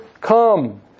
come